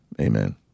amen